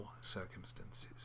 circumstances